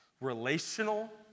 Relational